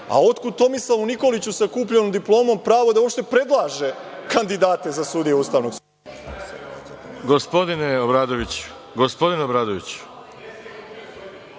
a otkud Tomislavu Nikoliću sa kupljenom diplomom pravo da uopšte predlaže kandidate za sudije … **Veroljub